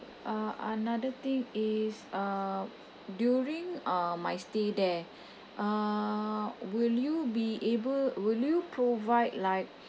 uh another thing is uh during uh my stay there uh will you be able would you provide like